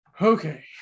Okay